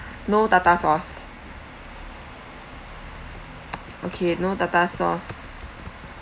no tartar sauce okay no tartar sauce